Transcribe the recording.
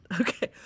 Okay